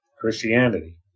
Christianity